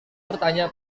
bertanya